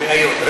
השוטרים.